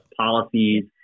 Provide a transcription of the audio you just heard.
policies